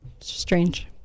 strange